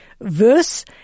verse